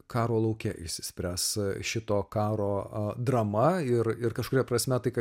karo lauke išsispręs šito karo drama ir ir kažkuria prasme tai ką